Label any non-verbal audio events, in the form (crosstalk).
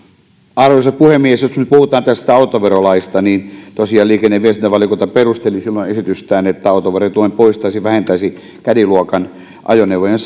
arvoisa puhemies jos nyt puhutaan tästä autoverolaista niin tosiaan liikenne ja viestintävaliokunta perusteli silloin esitystään niin että autoverotuen poistaminen vähentäisi caddy luokan ajoneuvojen (unintelligible)